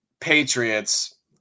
Patriots